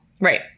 Right